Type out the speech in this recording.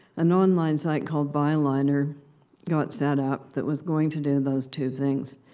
an online site called byliner got set up that was going to do those two things.